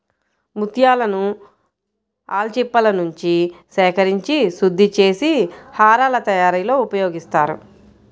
ముత్యాలను ఆల్చిప్పలనుంచి సేకరించి శుద్ధి చేసి హారాల తయారీలో ఉపయోగిస్తారు